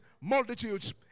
multitudes